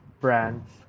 brands